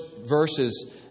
verses